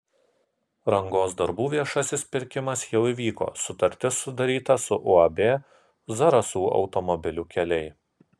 rangos darbų viešasis pirkimas jau įvyko sutartis sudaryta su uab zarasų automobilių keliai